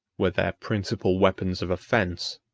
were their principal weapons of offence.